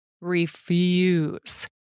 Refuse